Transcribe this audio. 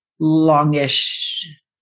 longish